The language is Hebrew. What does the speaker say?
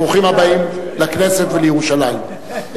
ברוכים הבאים לכנסת ולירושלים.